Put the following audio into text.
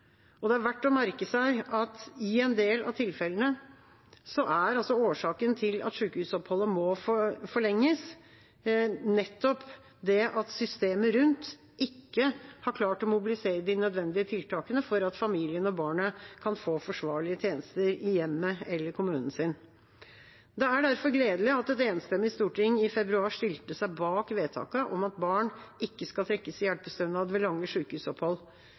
Det er verdt å merke seg at i en del av tilfellene er årsaken til at sykehusoppholdet må forlenges, nettopp at systemet rundt ikke har klart å mobilisere de nødvendige tiltakene for at familien og barnet kan få forsvarlige tjenester i hjemmet eller kommunen sin. Det er derfor gledelig at et enstemmig storting i februar stilte seg bak vedtaket om at barn ikke skal trekkes i hjelpestønad ved lange